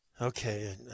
Okay